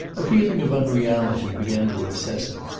a feeling of unreality began to obsess him,